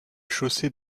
chaussée